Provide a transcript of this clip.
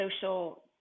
social